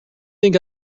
think